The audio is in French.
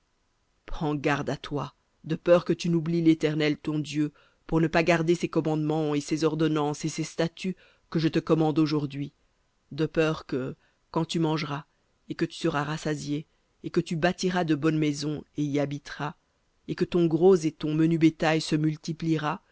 prends garde à toi de peur que tu n'oublies l'éternel ton dieu pour ne pas garder ses commandements et ses ordonnances et ses statuts que je te commande aujourdhui de peur que quand tu mangeras et que tu seras rassasié et que tu bâtiras de bonnes maisons et y habiteras et que ton gros et ton menu bétail se multipliera